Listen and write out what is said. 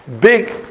big